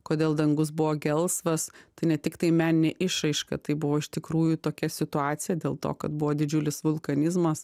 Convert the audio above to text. kodėl dangus buvo gelsvas tai ne tiktai meninė išraiška tai buvo iš tikrųjų tokia situacija dėl to kad buvo didžiulis vulkanizmas